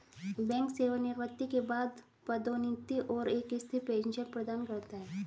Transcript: bank सेवानिवृत्ति के बाद पदोन्नति और एक स्थिर पेंशन प्रदान करता है